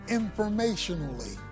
informationally